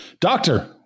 Doctor